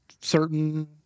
certain